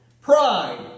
pride